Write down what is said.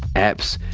apps,